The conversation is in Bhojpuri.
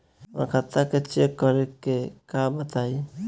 हमरा खाता चेक करे के बा बताई?